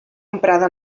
emprada